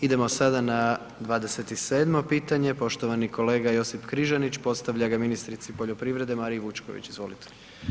Idemo sada na 27. pitanje, poštovani kolega Josip Križanić, postavlja ga ministrici poljoprivrede Mariji Vučković, izvolite.